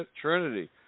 trinity